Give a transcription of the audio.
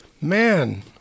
Man